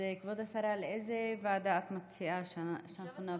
כבוד השרה, לאיזו ועדה את מציעה שאנחנו נעביר?